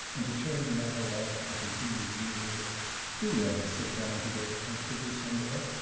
and to turn the matter off i continued genially do let us sit down together comfortably somewhere,